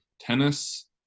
tennis